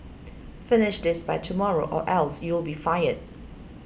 finish this by tomorrow or else you'll be fired